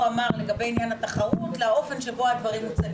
אמר לגבי עניין התחרות לאופן שבו הדברים מוצגים,